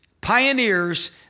pioneers